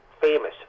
famous